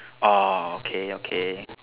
orh okay okay